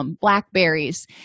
blackberries